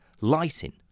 lighting